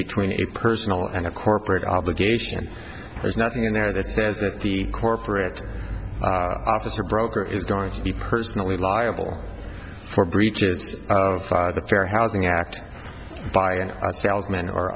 between a personal and a corporate obligation there's nothing in there that says that the corporate office or broker is going to be personally liable for breaches of the fair housing act by a salesman or